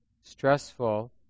stressful